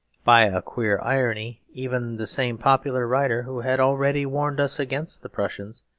by a queer irony, even the same popular writer who had already warned us against the prussians,